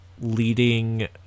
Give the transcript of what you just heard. leading